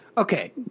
Okay